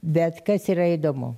bet kas yra įdomu